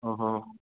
ഓഹോ